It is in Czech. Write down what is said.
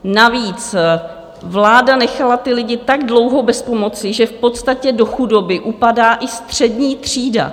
Navíc vláda nechala ty lidi tak dlouho bez pomoci, že v podstatě do chudoby upadá i střední třída.